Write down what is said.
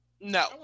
No